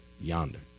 yonder